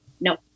no